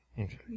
Okay